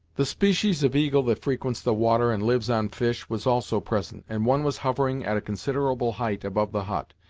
the species of eagle that frequents the water, and lives on fish, was also present, and one was hovering at a considerable height above the hut,